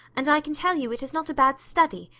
and i can tell you it is not a bad study,